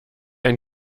ein